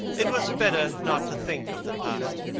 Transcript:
it was better not to think of the past.